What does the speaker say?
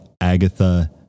Agatha